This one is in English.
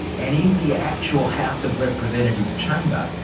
and in the actual house of representatives chamber,